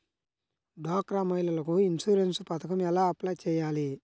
డ్వాక్రా మహిళలకు ఇన్సూరెన్స్ పథకం ఎలా అప్లై చెయ్యాలి?